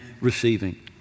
receiving